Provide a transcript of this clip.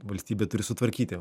valstybė turi sutvarkyti